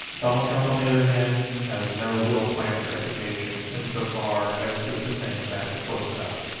donald trump on the other hand, has no real plan for education insofar as just the same status quo stuff.